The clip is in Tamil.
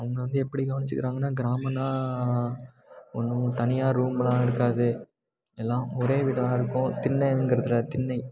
அவங்கள வந்து எப்படி கவனிச்சுக்கிறாங்கனா கிராமம்னா ஒன்றும் தனியாக ரூம்லாம் இருக்காது எல்லாம் ஒரே வீடாக தான் இருக்கும் திண்ணங்கிறதில் திண்ணை